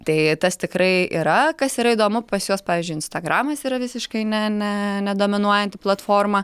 tai tas tikrai yra kas yra įdomu pas juos pavyzdžiui instagramas yra visiškai ne ne nedominuojanti platforma